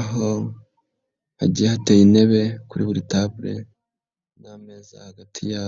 aho hajya hateye intebe kuri buri tabule n'ameza hagati ya